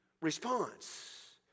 response